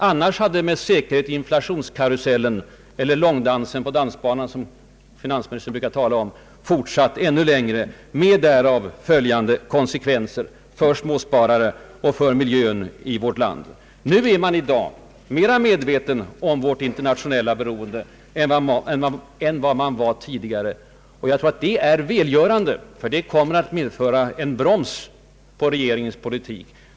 Annars hade med säkerhet inflationskarusellen — eller ringdansen på dansbanan, som finansministern brukar tala om — fortsatt ännu längre med därav följande konsekvenser för småsparare och för ekonomin i vårt land. I dag är man mera medveten om vårt internationella beroende än vad man var tidigare. Jag tror att det är värdefullt, därför att det kommer att innebära en broms på regeringens politik.